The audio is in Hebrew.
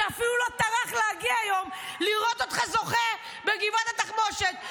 שאפילו לא טרח להגיע היום לראות אותך זוכה בגבעת התחמושת.